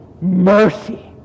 Mercy